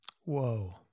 whoa